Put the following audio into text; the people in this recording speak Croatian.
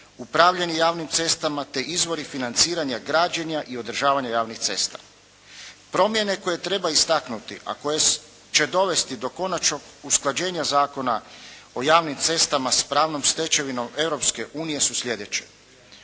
upravljanje javnim cestama te izvori financiranja građenja i održavanja javnih cesta. Promjene koje treba istaknuti a koje će dovesti do konačnog usklađenja Zakona o javnim cestama s pravnom stečevinom Europske